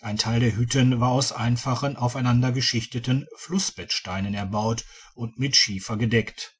ein teil der hütten war aus einfach aufeinander geschichteten flussbettsteinen erbaut und mit schiefer gedeckt